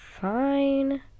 fine